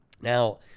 Now